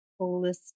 holistic